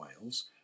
Wales